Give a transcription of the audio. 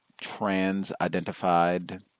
trans-identified